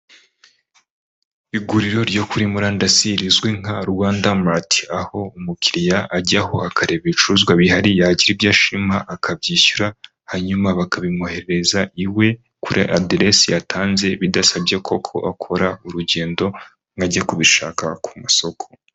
Iguriro ryo kuri murandasi rizwi nka RWANDA MART, aho umukiriya ajyaho akareba ibicuruzwa bihari yagira ibyo ashima akabyishyura hanyuma bakabimwoherereza iwe kuri aderesi yatanze, bidasabye ko akora urugendo ajya kubishaka ku masoko.